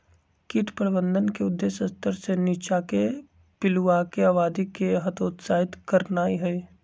कीट प्रबंधन के उद्देश्य स्तर से नीच्चाके पिलुआके आबादी के हतोत्साहित करनाइ हइ